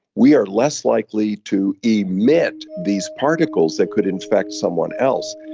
we are less likely to emit these particles that could infect someone else.